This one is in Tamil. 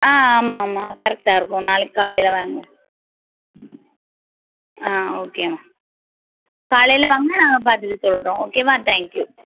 ஆ ஆமாம் ஆமாம் கரெக்டாகிருக்கும் நாளைக்கு காலையில் வாங்க ஆ ஓகேம்மா காலையில் வாங்க நாங்கள் பார்த்துட்டு சொல்கிறோம் ஓகே வா தேங்க் யூ